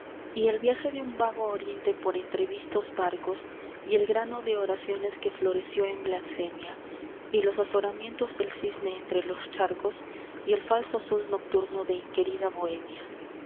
y el viaje de un vago oriente por entrevistos barcos y el grano de oraciones que floreció en blasfemia y los azoramientos del cisne entre los charcos y el falso azul nocturno de inquerida bohemia